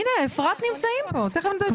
הנה, אפרת נמצאים פה, תיכף נשמע אותם.